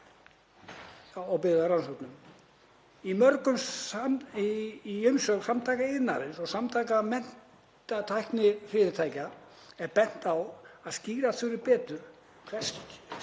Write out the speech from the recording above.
byggð á rannsóknum. Í umsögn Samtaka iðnaðarins og Samtaka menntatæknifyrirtækja er bent á að skýra þurfi betur hvert